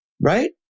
right